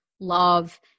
Love